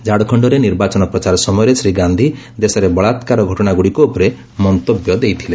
ଝାଡ଼ଖଣ୍ଡରେ ନିର୍ବାଚନ ପ୍ରଚାର ସମୟରେ ଶ୍ରୀ ଗାନ୍ଧୀ ଦେଶରେ ବଳାକ୍କାର ଘଟଣାଗୁଡ଼ିକ ଉପରେ ମନ୍ତବ୍ୟ ଦେଇଥିଲେ